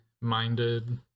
minded